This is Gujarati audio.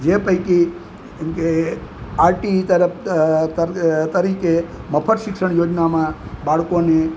જે પૈકી એમ કે આરટીઈ તરફ કર તરીકે મફત શિક્ષણ યોજનામાં બાળકોને